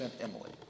Emily